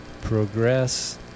progress